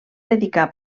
dedicà